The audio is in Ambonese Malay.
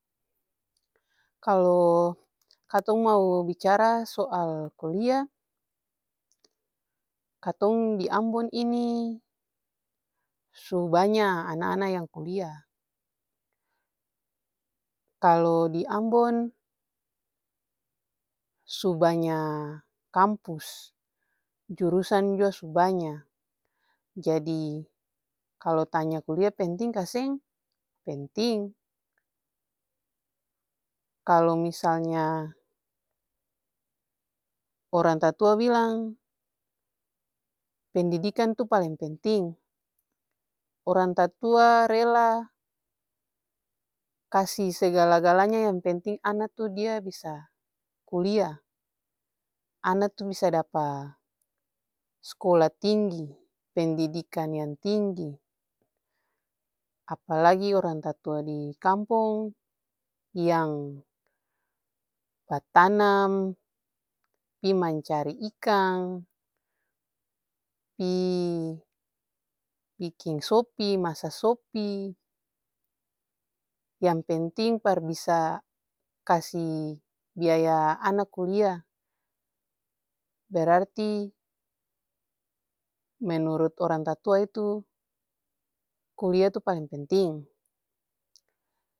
Kalu katong mo bicara soal kulia, katong di ambon ini su banya ana-ana yang kulia. Kalu di ambon su banya kampus, jurusan jua su banya jadi kalu tanya kulia penting kaseng, penting. Kalu misalnya orang tatua bilang pendidikan tuh paleng penting. Orang tatua rela kasi segala-galanya yang penting ana tuh dia bisa kulia, ana tuh bisa dapa skola tinggi, pendidikan yang tinggi. Apalagi orang tatua dikampong yang batanam, pi mancari ikang, pi biking sopi, masa sopi, yang penting par bisa kasi biaya ana kulia. Berarti menurut orang tatua tu kulia itu paleng penting.